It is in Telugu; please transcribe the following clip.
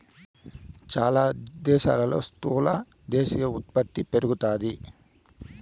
చాలా దేశాల్లో స్థూల దేశీయ ఉత్పత్తి పెరుగుతాది